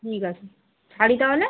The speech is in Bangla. ঠিক আছে ছাড়ি তাহলে